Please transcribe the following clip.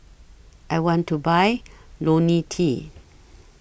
I want to Buy Lonil T